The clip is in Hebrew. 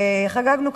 וחגגנו,